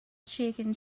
chicken